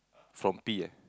from P eh